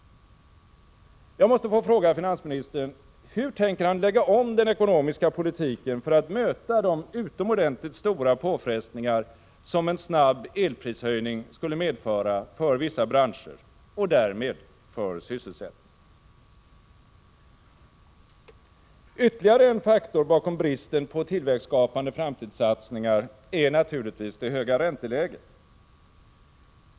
Jag måste få fråga finansministern: Hur tänker han lägga om den ekonomiska politiken för att möta de utomordentligt stora påfrestningar som en snabb elprishöjning skulle medföra för vissa branscher och därmed för sysselsättningen? Ytterligare en faktor bakom bristen på tillväxtskapande framtidssatsningar är naturligtvis det höga ränteläget.